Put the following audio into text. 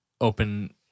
open